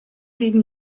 gegen